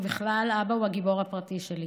בכלל, אבא הוא הגיבור הפרטי שלי.